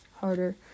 harder